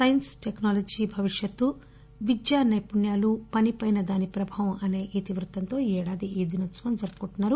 science technology భవిష్యత్తు విద్యా నైపుణ్యాలు పనిపైన దాని ప్రభావం అసే ఇతివృత్తంతో ఈ యేడాది ఈ దినోత్సవం జరుపుకుంటున్నారు